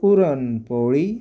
puran poli